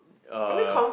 uh